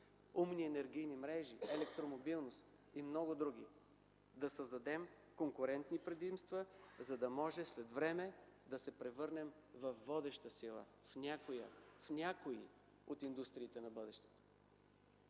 умни енергийни мрежи, електромобилност и много други. Да създадем конкурентни предимства, за да може след време да се превърнем във водеща сила в някоя, в някои от индустриите на бъдещето.